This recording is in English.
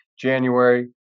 January